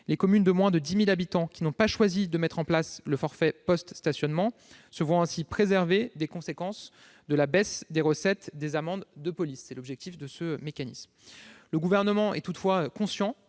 Les communes de moins de 10 000 habitants qui n'ont pas choisi de mettre en place le forfait post-stationnement se voient ainsi préservées des conséquences de la baisse des recettes des amendes de police. Le Gouvernement est toutefois conscient